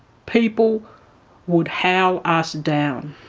people would howl us down.